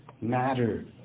matter